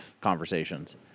conversations